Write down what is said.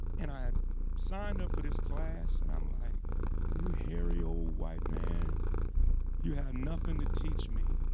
and i had signed up for this class and i'm like you hairy, old, white man you have nothing to teach me.